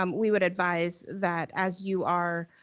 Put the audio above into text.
um we would advise that as you are